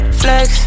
flex